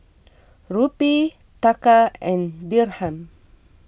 Rupee Taka and Dirham